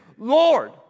Lord